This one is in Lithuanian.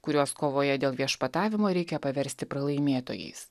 kuriuos kovoje dėl viešpatavimo reikia paversti pralaimėtojais